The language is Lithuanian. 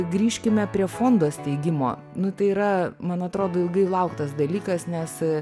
grįžkime prie fondo steigimo nu tai yra man atrodo ilgai lauktas dalykas nes